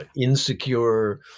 insecure